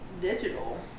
Digital